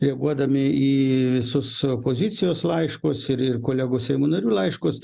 reaguodami į visus opozicijos laiškus ir ir kolegų seimo narių laiškus